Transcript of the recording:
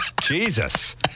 Jesus